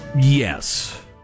Yes